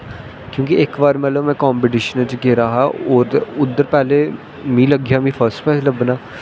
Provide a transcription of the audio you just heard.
क्योंकि इक बार में कंपिटिशन बिच्च गेदा हा उध्दर पैह्लें मिगी लग्गेआ मिगी फस्ट प्राइज़ लब्भना